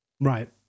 right